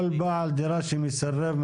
כל בעל הדירה שמסרב,